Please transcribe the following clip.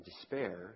despair